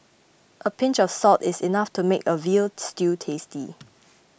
a pinch of salt is enough to make a Veal Stew tasty